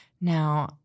Now